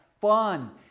fun